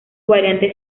variante